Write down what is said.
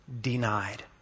denied